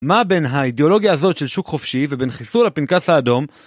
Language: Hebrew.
מה בין האידיאולוגיה הזאת של שוק חופשי ובין חיסול הפנקס האדום?